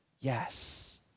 Yes